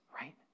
right